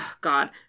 God